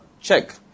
check